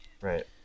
Right